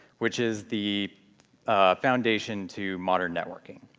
which is the foundation to modern networking.